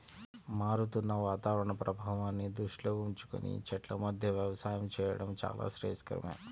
మారుతున్న వాతావరణ ప్రభావాన్ని దృష్టిలో ఉంచుకొని చెట్ల మధ్య వ్యవసాయం చేయడం చాలా శ్రేయస్కరమే